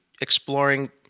exploring